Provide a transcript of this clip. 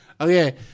Okay